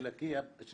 בלקיה.